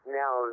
now